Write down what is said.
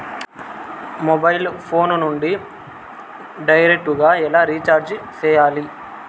mobile phone నుండి direct గా ఎలా రీచార్జి సేయాలి